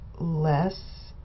less